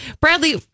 Bradley